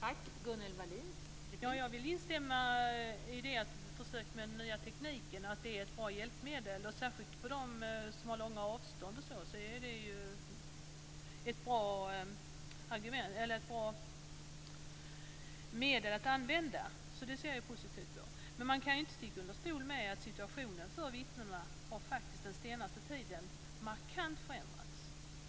Fru talman! Jag vill instämma i att den nya tekniken kan vara ett bra hjälpmedel, särskilt för dem som har långa avstånd. Då är det ett bra medel att använda. Det ser jag positivt på. Men man kan inte sticka under stol med att situationen för vittnena markant har förändrats under den senaste tiden.